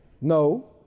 No